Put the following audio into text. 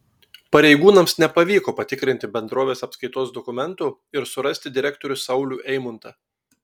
pareigūnams nepavyko patikrinti bendrovės apskaitos dokumentų ir surasti direktorių saulių eimuntą